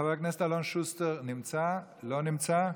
חבר הכנסת אלון שוסטר, לא נמצא.